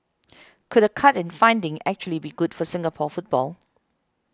could a cut in funding actually be good for Singapore football